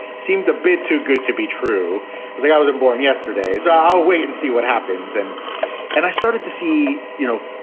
seemed a bit too good to be true as i i was um born yesterday, as i'll wait and see what happens. and and i started to see, you know,